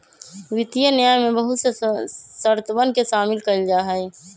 वित्तीय न्याय में बहुत से शर्तवन के शामिल कइल जाहई